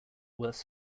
worse